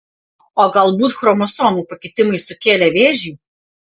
o galbūt chromosomų pakitimai sukėlė vėžį